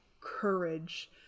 courage